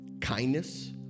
kindness